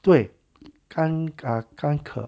对看咔干咳